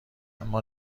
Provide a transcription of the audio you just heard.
اما